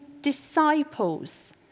disciples